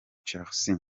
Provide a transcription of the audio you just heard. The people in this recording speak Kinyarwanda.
chelsea